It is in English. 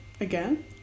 again